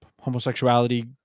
homosexuality